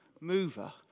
mover